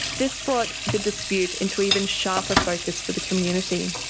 this brought the dispute into even sharper focus for the community.